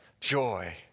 joy